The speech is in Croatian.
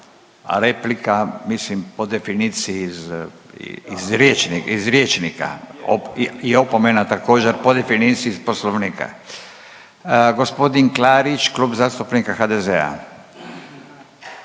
Replika, mislim po definiciji iz rječnika i opomena također po definiciji iz Poslovnika. Gospodin Klarić, Klub zastupnika HDZ-a,